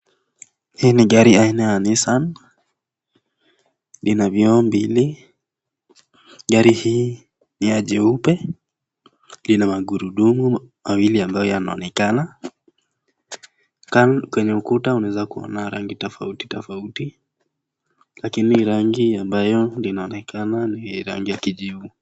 Hii ni gari aina ya Nissan lina vioo mbili. Gari hii ni ya jeupe, lina magurudumu mawili ambayo yanaonekana. Kwenye ukuta unaweza kuona rangi tofauti tofauti lakini rangi ambayo inaonekana ni rangi ya kijivu.